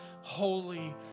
holy